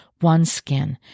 OneSkin